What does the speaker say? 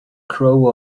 crow